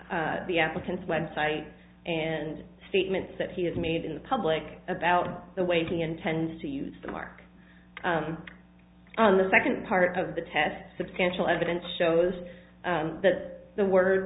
the applicant's web site and statements that he has made in the public about the way he intends to use the mark on the second part of the test substantial evidence shows that the word